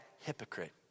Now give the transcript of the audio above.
hypocrite